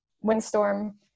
windstorm